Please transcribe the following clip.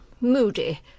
moody